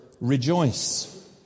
rejoice